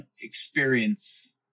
experience